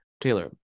Taylor